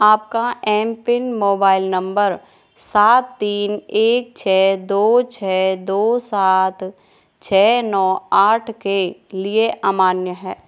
आपका M PIN mobile number सात तीन एक छः दो छः दो सात छः नौ आठ के लिए अमान्य है